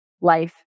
life